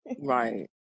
right